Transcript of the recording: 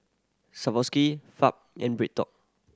Swarovski Fab and BreadTalk